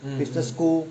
business school